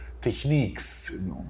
techniques